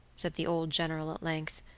said the old general at length,